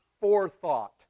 forethought